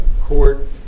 court